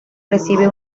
recibe